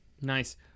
Nice